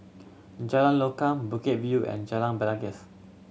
Jalan Lokam Bukit View and Jalan Belangkas